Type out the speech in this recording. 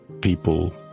people